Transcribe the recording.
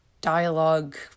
dialogue